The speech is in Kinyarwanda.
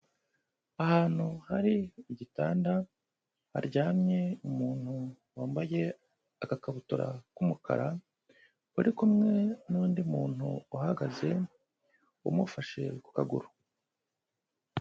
Ahantu hari igitanda haryamye umuntu wambaye agakabutura k'umukara, uri kumwe nundi muntu uhagaze umufashe ku kaguru.